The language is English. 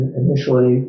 initially